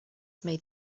made